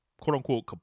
quote-unquote